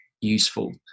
useful